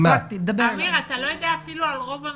אתה אפילו לא יודע על רוב המעונות.